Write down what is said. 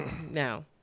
now